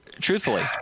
truthfully